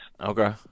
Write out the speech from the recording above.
okay